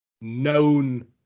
known